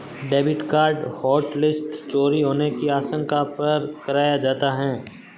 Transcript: debit card hotlist चोरी होने की आशंका पर कराया जाता है